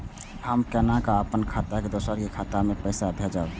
हम केना अपन खाता से दोसर के खाता में पैसा भेजब?